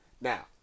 Now